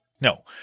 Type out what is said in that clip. No